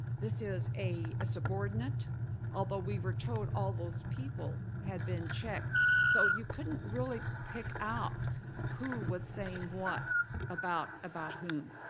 this is a subordinate although we were told all of those people had been checked so you couldn't really pick out who was saying what about about whom.